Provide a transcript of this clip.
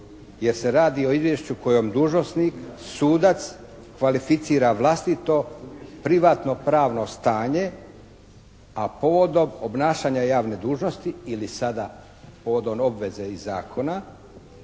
gdje se radi o izvješću kojom dužnosnik, sudac kvalificira vlastito privatno-pravno stanje, a povodom obnašanja javne dužnosti, ili sada povodom obveze i zakona